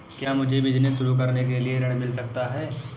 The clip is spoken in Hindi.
क्या मुझे बिजनेस शुरू करने के लिए ऋण मिल सकता है?